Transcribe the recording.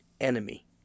enemy